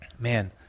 man